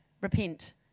repent